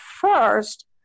first